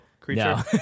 creature